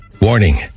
Warning